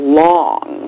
long